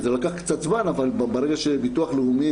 אבל ברגע שביטוח לאומי,